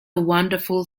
wonderful